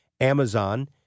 Amazon